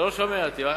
אתה לא שומע אותי.